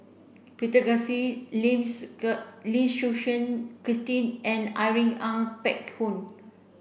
Peter Lim Lim Suchen Christine and Irene Ng Phek Hoong